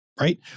right